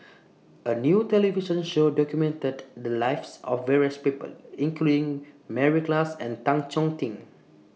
A New television Show documented The Lives of various People including Mary Klass and Tan Chong Tee